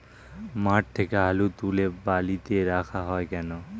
মাঠ থেকে আলু তুলে বালিতে রাখা হয় কেন?